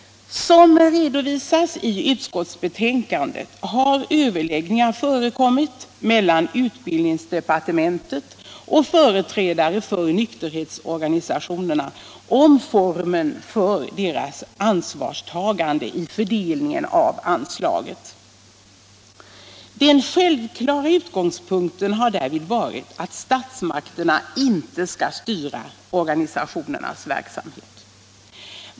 Såsom redovisas i utskottsbetänkandet har överläggningar förekommit mellan utbildningsdepartementet och företrädare för nykterhetsorganisationerna om formen för deras ansvarstagande vid fördelningen av anslaget. Den självklara utgångspunkten har varit att statsmakterna inte skall styra organisationernas verksamhet.